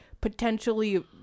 potentially